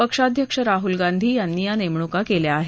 पक्षाध्यक्ष राह्ल गांधी यांनी या नेमणूका केल्या आहेत